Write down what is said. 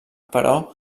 però